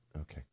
Okay